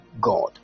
God